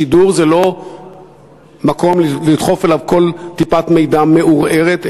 השידור זה לא מקום לדחוף אליו כל טיפת מידע מעורערת,